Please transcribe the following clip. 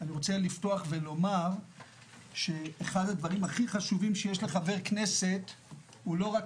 אני רוצה לפתוח ולומר שאחד הדברים הכי חשובים שיש לחבר כנסת הוא לא רק